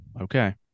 Okay